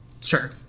Sure